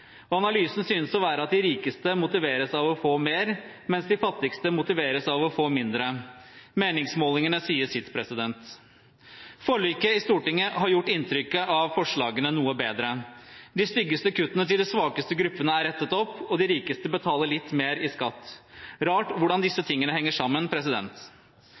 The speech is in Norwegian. Norge. Analysen synes å være at de rikeste motiveres av å få mer, mens de fattigste motiveres av å få mindre. Meningsmålingene sier sitt. Forliket i Stortinget har gjort inntrykket av forslagene noe bedre. De styggeste kuttene til de svakeste gruppene er rettet opp, og de rikeste betaler litt mer i skatt. Det er rart hvordan disse tingene henger sammen.